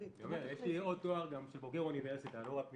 אני אומר שיש לי עוד תואר של בוגר אוניברסיטה ולא רק מכללה.